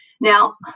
Now